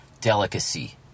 delicacy